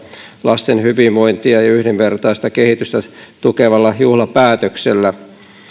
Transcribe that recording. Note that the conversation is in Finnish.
lasten hyvinvointia ja ja yhdenvertaista kehitystä tukevalla juhlapäätöksellä